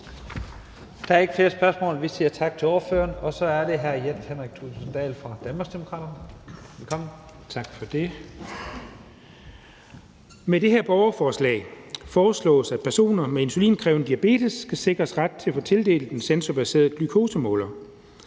Der er ikke flere spørgsmål. Vi siger tak til ordføreren. Og så er det hr. Jens Henrik Thulesen Dahl fra Danmarksdemokraterne. Velkommen. Kl. 13:56 (Ordfører) Jens Henrik Thulesen Dahl (DD): Tak for det. Med det her borgerforslag foreslås det, at personer med insulinkrævende diabetes skal sikres ret til at få tildelt en sensorbaseret glukosemåler.